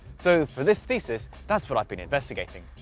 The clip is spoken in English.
so, for this thesis, that's what i've been investigating.